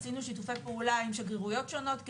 עשינו שיתופי פעולה עם שגרירויות שונות,